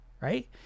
right